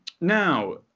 now